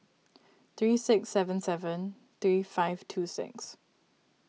three six seven seven three five two six